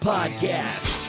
Podcast